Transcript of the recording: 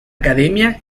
academia